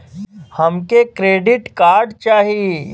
हमके credit card चाही